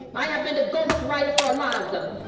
i have been the ghostwriter for a lot of them